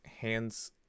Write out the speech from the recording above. hands